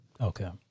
Okay